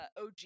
OG